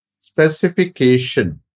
specification